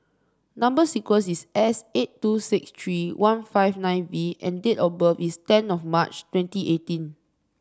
number sequence is S eight two six three one five nine V and date of birth is ten of March twenty eighteen